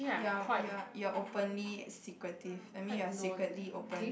you're you're you are openly secretive that mean you are secretly open